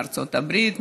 מארצות הברית,